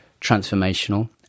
transformational